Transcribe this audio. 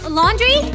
laundry